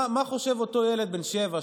מה חושב אותו ילד בן שבע,